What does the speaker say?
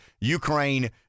Ukraine